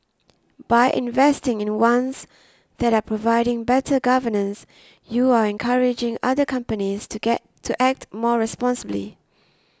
by investing in ones that are providing better governance you're encouraging other companies to act more responsibly